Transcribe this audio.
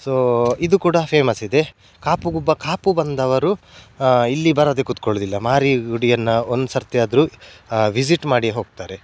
so ಇದು ಕೂಡ ಫೇಮಸ್ಸಿದೆ ಕಾಪುಗೊಬ್ಬ ಕಾಪು ಬಂದವರು ಇಲ್ಲಿ ಬರದೇ ಕುತ್ಕೊಳ್ಳೋದಿಲ್ಲ ಮಾರಿಗುಡಿಯನ್ನು ಒಂದು ಸರ್ತಿಯಾದರು ವಿಸಿಟ್ ಮಾಡಿ ಹೋಗ್ತಾರೆ